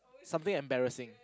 sometime embarrassing